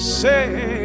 say